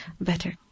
better